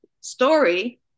story